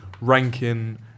Ranking